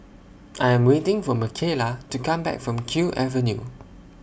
I Am waiting For Michaela to Come Back from Kew Avenue